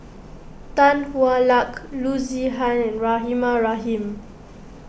Tan Hwa Luck Loo Zihan and Rahimah Rahim